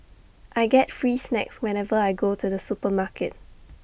I get free snacks whenever I go to the supermarket